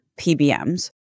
PBMs